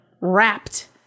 wrapped